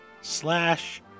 slash